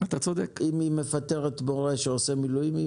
אם היא מפטרת מורה שעושה מילואים,